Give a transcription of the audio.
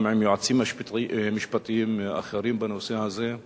גם עם יועצים משפטיים אחרים, בנושא הזה,